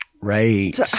right